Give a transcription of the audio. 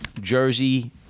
Jersey